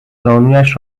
زانویش